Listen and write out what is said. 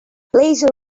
place